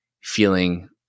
feeling